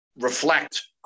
reflect